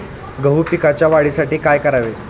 गहू पिकाच्या वाढीसाठी काय करावे?